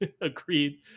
agreed